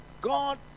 God